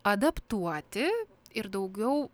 adaptuoti ir daugiau